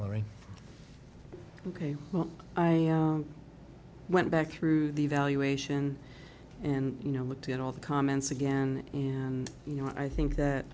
all right ok well i went back through the evaluation and you know looked at all the comments again and you know i think that